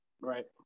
right